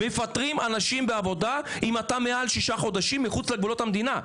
מפטרים אנשים מהעבודה אם אתה מעל שישה חודשים מחוץ לגבולות המדינה.